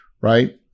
right